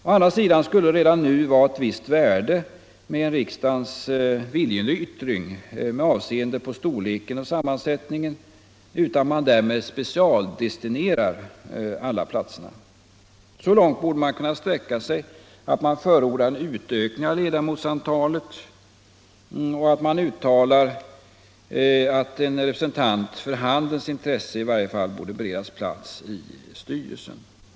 Å andra sidan skulle det redan nu vara av visst värde med en riksdagens viljeyttring med avseende på styrelsens storlek och sammansättning, utan att man därmed specialdestinerar alla platserna. Så långt borde man kunna sträcka sig att man förordar en utökning av ledamotsantalet och att man uttalar att en representant för handelns intressen i varje fall borde beredas plats i styrelsen.